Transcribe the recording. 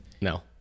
no